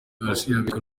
yabeshywe